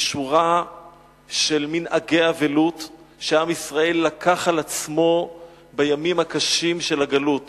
משורה של מנהגי אבלות שעם ישראל לקח על עצמו בימים הקשים של הגלות,